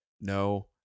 No